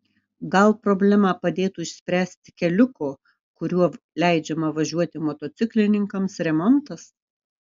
gal problemą padėtų išspręsti keliuko kuriuo leidžiama važiuoti motociklininkams remontas